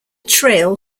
trail